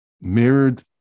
mirrored